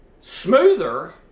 smoother